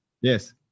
Yes